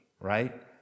right